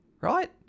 right